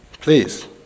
Please